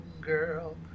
girl